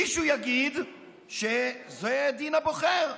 מישהו יגיד שזה דין הבוחר,